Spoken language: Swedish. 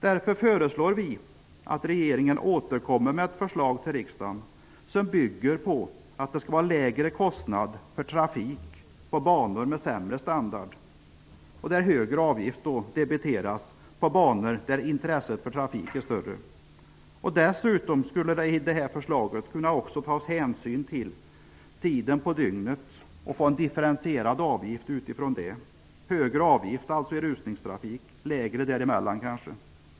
Därför föreslår vi att regeringen återkommer med ett förslag till riksdagen som bygger på att det skall vara lägre kostnad för trafik på banor med sämre standard. Högre avgifter skall debiteras på banor där intresset för trafik är större. Det skulle dessutom kunna tas hänsyn till tiden på dygnet i det här förslaget. Utifrån det skulle vi kunna få en differentierad avgift, dvs. högre avgift i rusningstrafik och lägre däremellan.